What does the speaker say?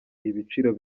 ibiciro